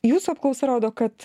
jūsų apklausa rodo kad